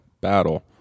battle